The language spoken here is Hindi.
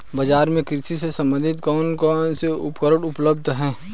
बाजार में कृषि से संबंधित कौन कौन से उपकरण उपलब्ध है?